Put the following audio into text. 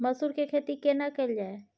मसूर के खेती केना कैल जाय?